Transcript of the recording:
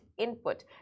input